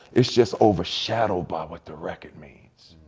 it's just overshadowed by what the record means.